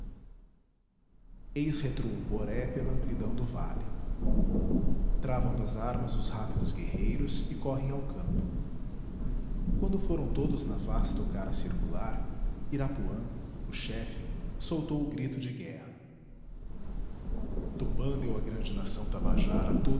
retroa o boré pela amplidão do vale travam das armas os rápidos guerreiros e correm ao campo quando foram todos na vasta ocara circular irapuã o chefe soltou o grito de guerra tupã deu à grande nação tabajara